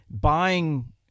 buying